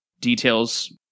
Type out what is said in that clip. details